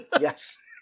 Yes